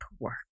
work